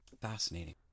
Fascinating